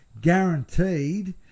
guaranteed